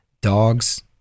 dogs